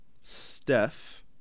Steph